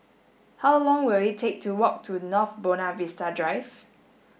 how long will it take to walk to North Buona Vista Drive